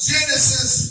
Genesis